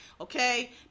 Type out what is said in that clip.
okay